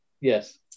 Yes